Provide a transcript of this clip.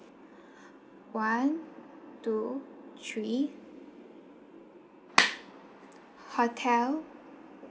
one two three hotel